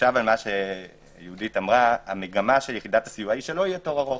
שב על מה שיהודית אמרה המגמה של יחידת הסיוע שלא יהיה תור ארוך.